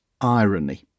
irony